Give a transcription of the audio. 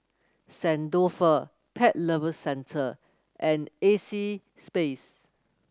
Saint Dalfour Pet Lovers Center and A C space